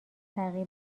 تغییر